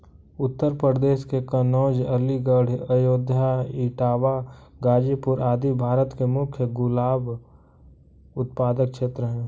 उत्तर प्रदेश के कन्नोज, अलीगढ़, अयोध्या, इटावा, गाजीपुर आदि भारत के मुख्य गुलाब उत्पादक क्षेत्र हैं